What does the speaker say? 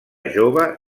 jove